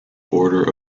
order